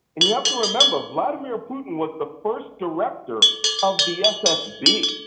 and you have to remember, vladimir putin was the first director of the fsb,